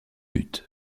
buts